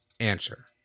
answer